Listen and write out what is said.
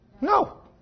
No